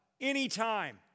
anytime